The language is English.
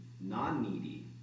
non-needy